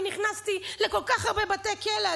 אני נכנסתי לכל כך הרבה בתי כלא,